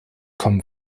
kommen